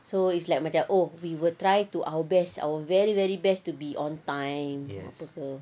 so it's like macam oh we will try to our best our very very best to be on time